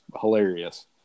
hilarious